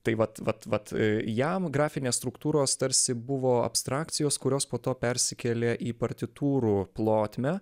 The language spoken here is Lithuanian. tai vat vat vat jam grafinės struktūros tarsi buvo abstrakcijos kurios po to persikėlė į partitūrų plotmę